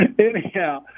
Anyhow